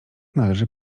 należy